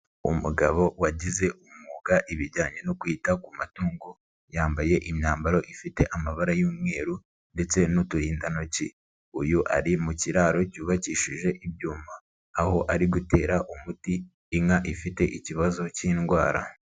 Umugabo wagize umwuga ibijyanye no kwita ku matungo yambaye imyambaro ifite amabara y'umweru ndetse n'uturindantoki, uyu ari mu kiraro cyubakishije ibyuma aho ari gutera umuti inka ifite ikibazo cy'indwara.